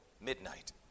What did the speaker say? midnight